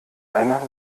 eine